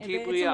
תהיי בריאה.